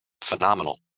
phenomenal